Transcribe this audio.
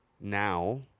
now